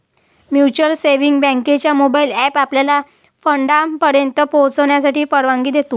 mutual savings बँकेचा mobile app आपल्याला आपल्या फंडापर्यंत पोहोचण्याची परवानगी देतो